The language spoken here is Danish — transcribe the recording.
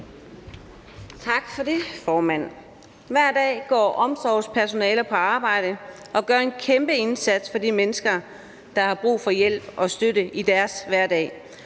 Tak for det, formand. Hver dag går omsorgspersonale på arbejde og gør en kæmpeindsats for de mennesker, der har brug for hjælp og støtte i deres hverdag